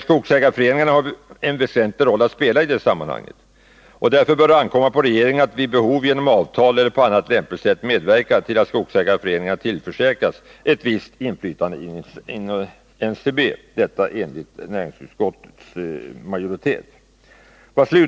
Skogsägarföreningarna har en väsentlig roll att spela i detta sammanhang, och därför bör det ankomma på regeringen att vid behov genom avtal eller på annat lämpligt sätt medverka till att skogsägarföreningarna tillförsäkras ett visst inflytande inom NCB -— detta enligt utskottets majoritet.